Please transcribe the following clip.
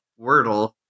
Wordle